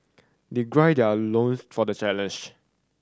they gird their loins for the challenge